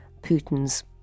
Putin's